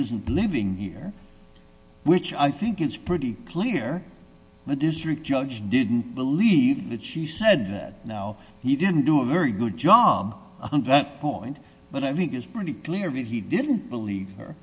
isn't living here which i think is pretty clear the district judge didn't believe that she said that now he didn't do a very good job on that point but i think it's pretty clear he didn't believe her